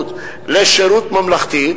הכבאות לשירות ממלכתי.